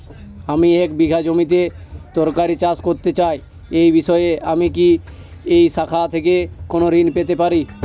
আমি এক বিঘা জমিতে তরিতরকারি চাষ করতে চাই এই বিষয়ে আমি কি এই শাখা থেকে কোন ঋণ পেতে পারি?